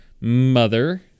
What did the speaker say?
mother